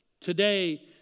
Today